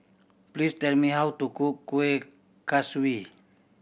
please tell me how to cook Kuih Kaswi